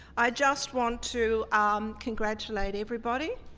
i just want to um congratulate everybody.